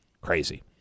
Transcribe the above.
Crazy